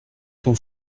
ton